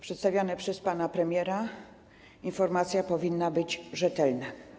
Przedstawiana przez pana premiera informacja powinna być rzetelna.